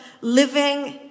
living